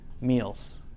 meals